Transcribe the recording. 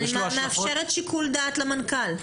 אני מאפשרת שיקול דעת למנכ"ל.